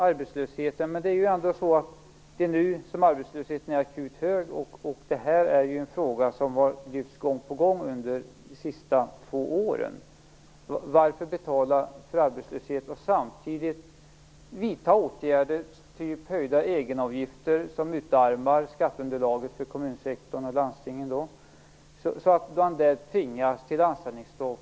Arbetslösheten är akut hög nu, och det här är en fråga som har lyfts fram gång på gång under de sista två åren. Varför betala för arbetslöshet och samtidigt vidta åtgärder som höjda egenavgifter som utarmar skatteunderlaget för kommunsektorn och landstingen, så att man där tvingas till anställningsstopp?